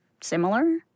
similar